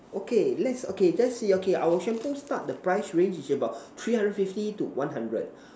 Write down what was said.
okay let's okay just see okay our shampoo start the price range is about three hundred fifty to one hundred